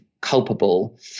culpable